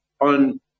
on